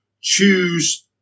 Choose